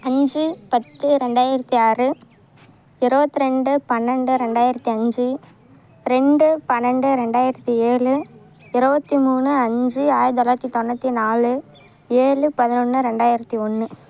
அஞ்சு பத்து ரெண்டாயிரத்தி ஆறு இருபத்தி ரெண்டு பன்னெண்டு ரெண்டாயிரத்தி அஞ்சு ரெண்டு பன்னெண்டு ரெண்டாயிரத்தி ஏழு இருபத்தி மூணு அஞ்சு ஆயிரத்தி தொள்ளாயிரத்தி தொண்ணூற்றி நாலு ஏழு பதினொன்று ரெண்டாயிரத்தி ஒன்று